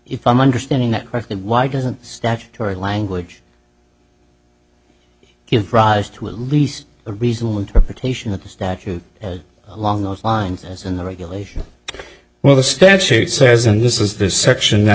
if i'm understanding that question why doesn't the statutory language give rise to at least a reasonable interpretation of the statute along those lines in the regulation well the statute says and this is the section that